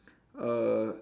err